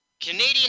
Canadian